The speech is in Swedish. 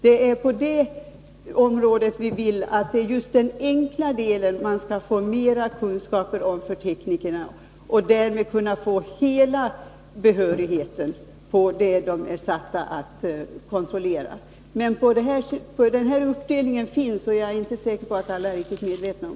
Det är här vi vill att teknikerna skall få ökade kunskaper så att de får behörighet att kontrollera hela arbetet. Att denna uppdelning finns är jag inte säker på att alla är medvetna om.